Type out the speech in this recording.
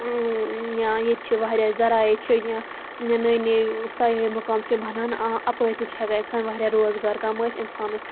یا ییٚتہِ چھِ واریاہ ذرایع چھِ نٔے نٔے سیاحی مُقام چھِ بَنان اَپٲرۍ تہِ چھ ہیٚکان اِنسان واریاہ روزگار کَمٲیِتھ اِنسانَس